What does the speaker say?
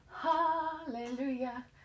Hallelujah